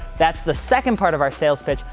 that's the second part of our sales pitch.